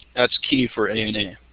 that's key for ana.